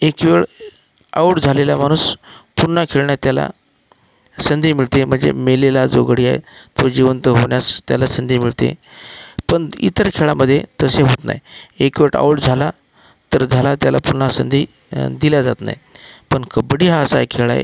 एक वेळ आऊट झालेल्या माणूस पुन्हा खेळण्यात त्याला संधी मिळते म्हणजे मेलेला जो गडी आहे तो जिवंत होण्यास त्याला संधी मिळते पण इतर खेळांमध्ये तसे होत नाही एक वेळ आऊट झाला तर झाला त्याला पुन्हा संधी दिली जात नाही पण कबड्डी हा असा एक खेळ आहे